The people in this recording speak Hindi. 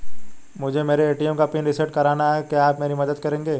मुझे मेरे ए.टी.एम का पिन रीसेट कराना है क्या आप मेरी मदद करेंगे?